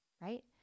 right